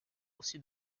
aussi